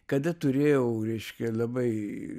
kada turėjau reiškia labai